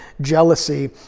jealousy